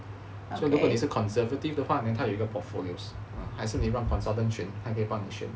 所以如果你是 conservative 的话 then 他有一个 portfolio 还是你让 consultant 选他可以帮你选